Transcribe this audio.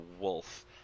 Wolf